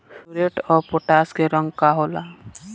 Muriate of potash के रंग का होला?